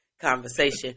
conversation